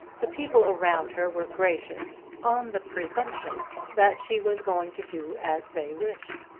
the people around her were gracious on the presumption that she was going to do as they wished,